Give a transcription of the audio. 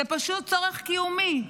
זה פשוט צורך קיומי.